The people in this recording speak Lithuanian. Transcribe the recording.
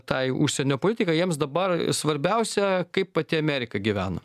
tai užsienio politikai jiems dabar svarbiausia kaip pati amerika gyvena